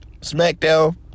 Smackdown